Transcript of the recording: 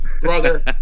brother